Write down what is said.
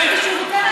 הבנתי שהוא ויתר.